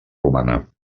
romana